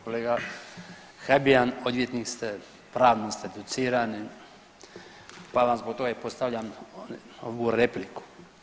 Kolega Habijan odvjetnik ste, pravnik su educirani, pa vam zbog toga i postavljam ovu repliku.